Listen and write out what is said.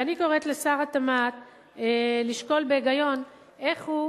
ואני קוראת לשר התמ"ת לשקול בהיגיון איך הוא